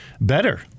better